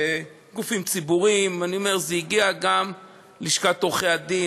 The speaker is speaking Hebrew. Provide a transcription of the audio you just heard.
וגופים ציבוריים אני אומר: זה הגיע גם ללשכת עורכי-הדין.